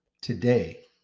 today